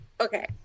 Okay